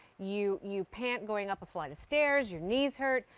you you pant going up a flight of stairs, your knees hurt,